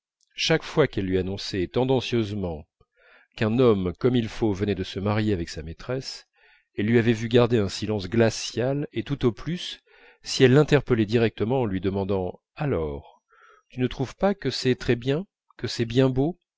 chaque fois qu'elle lui annonçait tendancieusement qu'un homme comme il faut venait de se marier avec sa maîtresse elle lui avait vu garder un silence glacial et tout au plus si elle l'interpellait directement en lui demandant alors tu ne trouves pas que c'est très bien que c'est bien beau